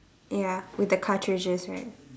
ya with the cartridges right